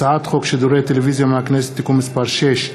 הצעת חוק שידורי טלוויזיה מהכנסת (תיקון מס' 6),